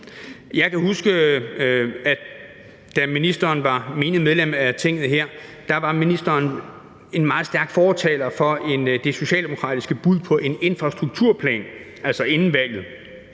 Jeg kan huske, at da ministeren var menigt medlem af Tinget her, var ministeren en meget stærk fortaler for det socialdemokratiske bud på en infrastrukturplan – altså inden valget